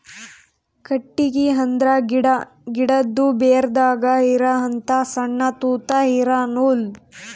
ಕಟ್ಟಿಗಿ ಅಂದ್ರ ಗಿಡಾ, ಗಿಡದು ಬೇರದಾಗ್ ಇರಹಂತ ಸಣ್ಣ್ ತೂತಾ ಇರಾ ನೂಲ್